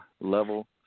level